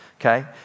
okay